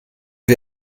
wir